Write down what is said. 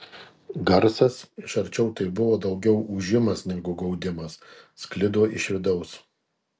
garsas iš arčiau tai buvo daugiau ūžimas negu gaudimas sklido iš vidaus